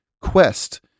quest